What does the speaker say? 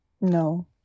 no